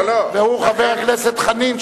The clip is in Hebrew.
והוא חבר הכנסת חנין,